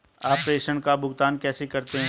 आप प्रेषण का भुगतान कैसे करते हैं?